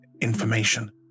information